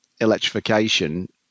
electrification